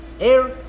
air